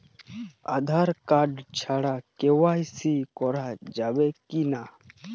Aadhaar card ছাড়া KYC করা যাবে কি না?